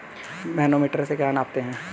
Manometer से क्या नापते हैं?